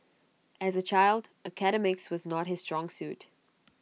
as A child academics was not his strong suit